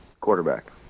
Quarterback